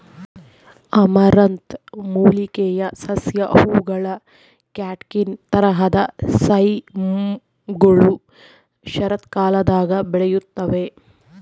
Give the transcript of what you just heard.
amaranth ಮೂಲಿಕೆಯ ಸಸ್ಯ ಹೂವುಗಳ ಕ್ಯಾಟ್ಕಿನ್ ತರಹದ ಸೈಮ್ಗಳು ಶರತ್ಕಾಲದಾಗ ಬೆಳೆಯುತ್ತವೆ